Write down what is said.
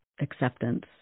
acceptance